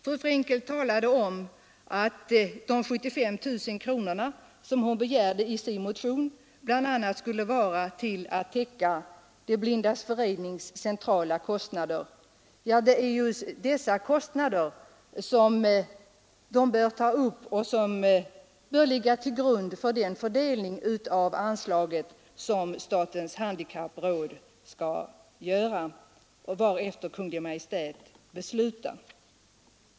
Fru Frenkel talade om att de 75 000 kronor som hon begärt i sin motion skulle användas bl.a. till att täcka De blindas förenings centrala kostnader. Det är bl.a. dessa kostnader som lämpligen bör tas upp i anslagsframställningen inför det förslag till fördelning av anslaget som statens handikappråd skall göra till Kungl. Maj:t.